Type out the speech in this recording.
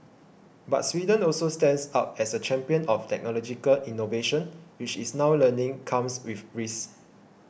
but Sweden also stands out as a champion of technological innovation which it's now learning comes with risks